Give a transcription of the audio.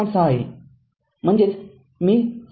६ आहे म्हणजेच मी ६